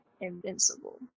invincible